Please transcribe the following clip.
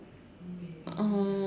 uh